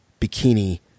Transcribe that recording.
bikini